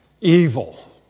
evil